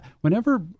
Whenever